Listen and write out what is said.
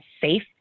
safe